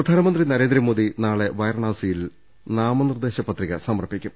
പ്രധാനമന്ത്രി നരേന്ദ്രമോദി നാളെ വാരണാസിയിൽ നാമനിർദ്ദേശ പത്രിക സമർപ്പിക്കും